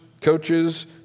coaches